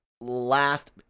last